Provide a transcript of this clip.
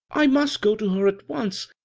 i must go to her at once.